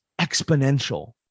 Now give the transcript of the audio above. exponential